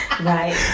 Right